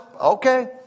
Okay